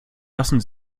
lassen